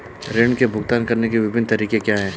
ऋृण के भुगतान करने के विभिन्न तरीके क्या हैं?